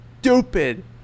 stupid